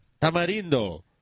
Tamarindo